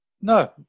No